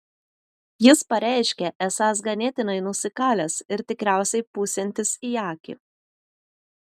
jis pareiškė esąs ganėtinai nusikalęs ir tikriausiai pūsiantis į akį